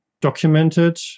documented